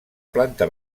planta